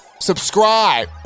Subscribe